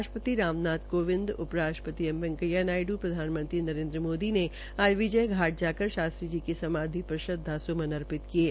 राष्ट्र ति राम नाथ कोविंद उ राष्ट्र ति एम वैकेंया नायड् प्रधानमंत्री नरेन्द्र मोदी ने आज विजय घाट जाकर शास्त्री जी की समाधि प्र श्रद्वासुमन अर्पित किये